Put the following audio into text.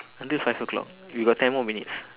until five o'clock we got ten more minutes